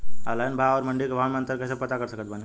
Online भाव आउर मंडी के भाव मे अंतर कैसे पता कर सकत बानी?